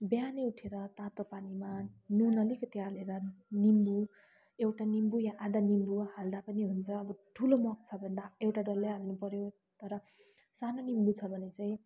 बिहान उठेर तातो पानीमा नुन अलिकति हालेर निम्बु एउटा निम्बु वा आदा निम्बु हाल्दा पनि हुन्छ अब ठुलो मग छ भने त एउटा डल्लै हाल्नु पर्यो तर सानो निम्बु छ भने चाहिँ